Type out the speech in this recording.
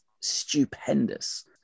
stupendous